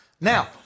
now